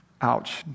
Ouch